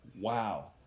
Wow